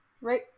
right